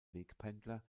wegpendler